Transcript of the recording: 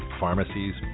pharmacies